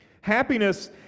Happiness